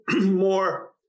more